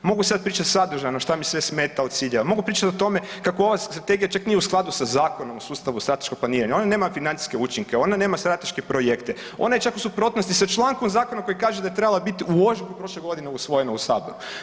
Mogu sad pričati sadržajno šta mi sve smeta od ciljeva, mogu pričati o tome kako ova strategija čak nije u skladu sa Zakonom o sustavu strateškog planiranja, ona nema financijske učinke, ona nema strateške projekte, ona je čak u suprotnosti sa člankom zakona koji kaže da je treba biti u ožujku prošle godine usvojene u saboru.